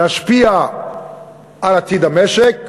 להשפיע על עתיד המשק,